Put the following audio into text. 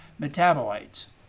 metabolites